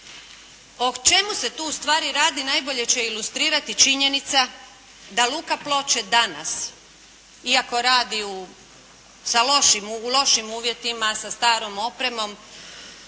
O čemu se tu ustvari radi najbolje će ilustrirati činjenica da Luka Ploče danas iako radi u lošim uvjetima, sa starom opremom,